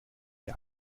die